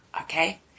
Okay